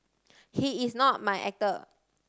he is not my actor